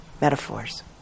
metaphors